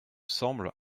semble